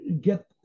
get